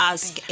Ask